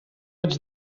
ets